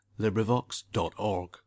LibriVox.org